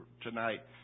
tonight